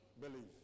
believe